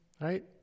right